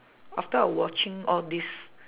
after I watching all these